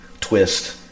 twist